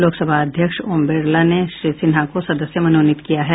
लोकसभा अध्यक्ष ओम बिरला ने श्री सिन्हा को सदस्य मनोनित किया है